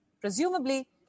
presumably